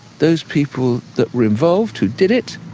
those people that were involved, who did it,